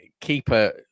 Keeper